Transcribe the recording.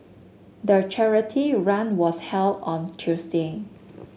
the charity run was held on Tuesday